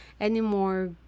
anymore